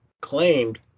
claimed